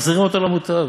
מחזירין אותו למוטב